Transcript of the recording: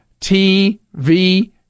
TV